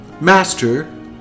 master